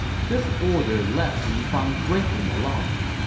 this order left mi fang greatly alarmed.